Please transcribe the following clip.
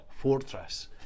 fortress